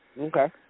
Okay